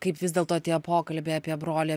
kaip vis dėlto tie pokalbiai apie brolį